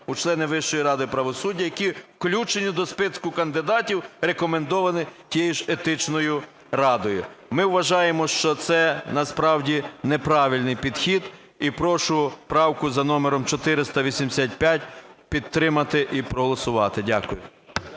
у члени Вищої ради правосуддя, які включені до списку кандидатів, рекомендованих тією з Етичною радою. Ми вважаємо, що це насправді неправильний підхід. І прошу правку за номером 485 підтримати і проголосувати. Дякую.